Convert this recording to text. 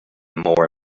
more